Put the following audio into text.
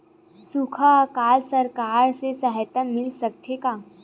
सुखा अकाल सरकार से सहायता मिल सकथे का?